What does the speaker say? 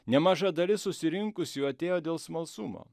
nemaža dalis susirinkusiųjų atėjo dėl smalsumo